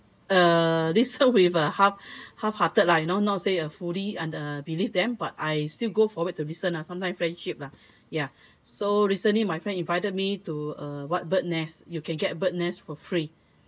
uh listen with a half half hearted lah you know not say a fully and uh believe them but I still go forward to listen lah sometimes friendship lah ya so recently my friend invited me to a what bird's nest you can get bird's nest for free